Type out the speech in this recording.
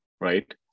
right